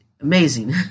amazing